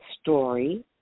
story